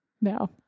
No